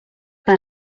per